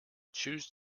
choose